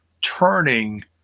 turning